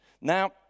Now